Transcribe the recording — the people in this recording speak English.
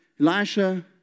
Elisha